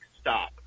stop